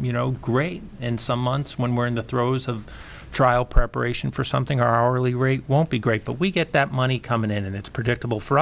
you know great and some months when we're in the throes of trial preparation for something our really rate won't be great but we get that money coming in and it's predictable for